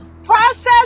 process